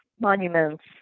monuments